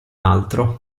altro